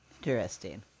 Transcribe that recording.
Interesting